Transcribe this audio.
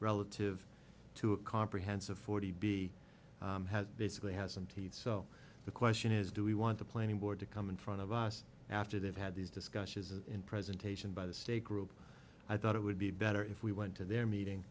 relative to a comprehensive forty b has basically hasn t so the question is do we want the planning board to come in front of us after they've had these discussions and presentation by the state group i thought it would be better if we went to their meeting